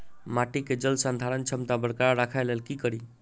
माटि केँ जलसंधारण क्षमता बरकरार राखै लेल की कड़ी?